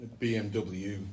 BMW